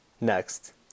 next